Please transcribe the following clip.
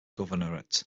governorate